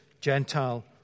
Gentile